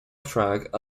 track